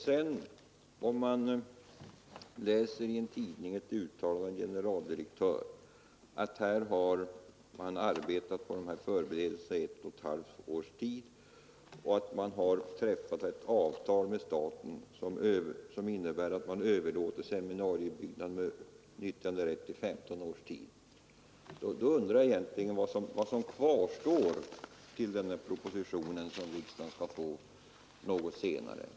Sedan kan man i tidningen läsa ett uttalande av en generaldirektör i en förening om att man arbetat på förberedelserna för ett avtal i ett och ett halvt års tid och att föreningen med staten nu träffat ett avtal som innebär att staten överlåter seminariebyggnaden till föreningen med nyttjanderätt på femton år. Vad kvarstår då till den proposition som riksdagen senare skall få?